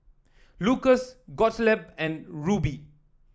Lucas Gottlieb and Rubye